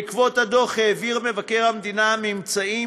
בעקבות הדוח העביר מבקר המדינה ממצאים